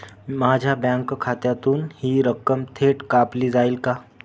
माझ्या बँक खात्यातून हि रक्कम थेट कापली जाईल का?